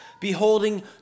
beholding